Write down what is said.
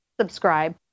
subscribe